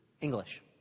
English